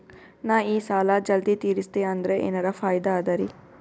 ನಾ ಈ ಸಾಲಾ ಜಲ್ದಿ ತಿರಸ್ದೆ ಅಂದ್ರ ಎನರ ಫಾಯಿದಾ ಅದರಿ?